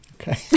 Okay